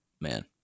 man